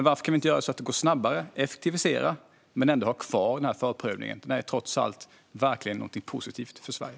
Varför kan vi inte göra så att det går snabbare och effektivisera men ändå ha kvar förprövningen, när det verkligen är något positivt för Sverige?